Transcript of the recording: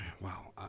wow